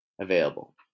available